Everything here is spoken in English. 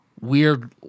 Weird